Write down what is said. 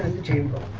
the chamber